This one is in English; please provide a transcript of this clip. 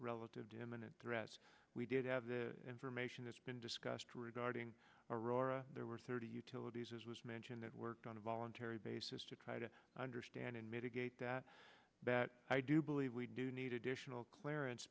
relative to imminent threats we did have the information that's been discussed regarding aurora there were thirty utilities as was mentioned that worked on a voluntary basis to try to understand in mitigate that that i do believe we do need additional clarence